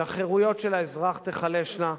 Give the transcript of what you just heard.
שהחירויות של האזרח תיחלשנה,